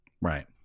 Right